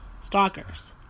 Stalkers